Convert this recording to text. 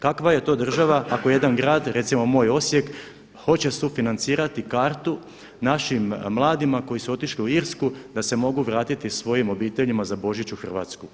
Kakva je to država ako jedan grad recimo moj Osijek hoće sufinancirati kartu našim mladima koji su otišli u Irsku da se mogu vratiti svojim obiteljima za Božić u Hrvatsku.